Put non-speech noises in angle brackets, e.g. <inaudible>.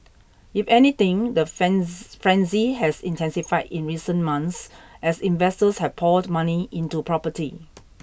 if anything the <unintelligible> frenzy has intensified in recent months as investors have poured money into property